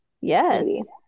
Yes